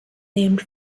named